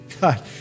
God